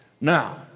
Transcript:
Now